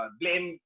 blame